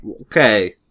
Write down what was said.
Okay